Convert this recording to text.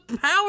power